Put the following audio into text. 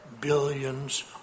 billions